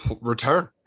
return